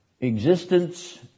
Existence